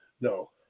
No